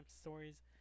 stories